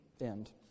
end